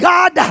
God